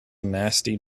nasty